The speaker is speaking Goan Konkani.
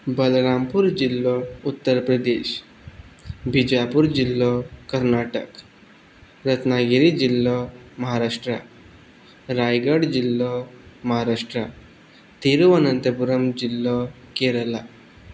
बलरामपुर जिल्लो उत्तर प्रदेश बिजापूर जिल्लो कर्नाटक रत्नागिरी जिल्लो म्हाराष्ट्रा रायगड जिल्लो म्हाराष्ट्रा तिरुवनंतपुरम जिल्लो केरला